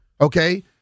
Okay